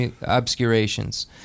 obscurations